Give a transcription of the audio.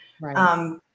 Right